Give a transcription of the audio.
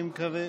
אני מקווה.